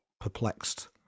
perplexed